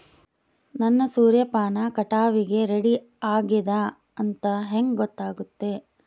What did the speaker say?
ನನ್ನ ಸೂರ್ಯಪಾನ ಕಟಾವಿಗೆ ರೆಡಿ ಆಗೇದ ಅಂತ ಹೆಂಗ ಗೊತ್ತಾಗುತ್ತೆ?